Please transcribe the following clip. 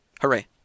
Hooray